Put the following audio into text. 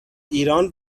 ایران